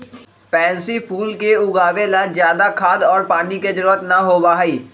pansy फूल के उगावे ला ज्यादा खाद और पानी के जरूरत ना होबा हई